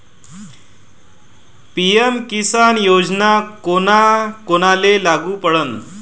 PM Kisan योजना कोना कोनाले लागू पडन?